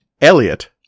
Elliot